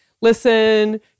listen